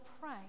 pray